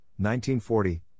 1940